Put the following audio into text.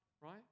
right